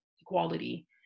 equality